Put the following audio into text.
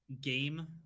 game